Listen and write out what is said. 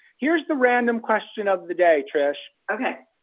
here's the random question of the day. trish okay,